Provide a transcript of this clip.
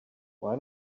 why